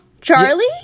Charlie